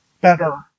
better